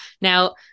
Now